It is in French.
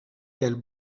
quelles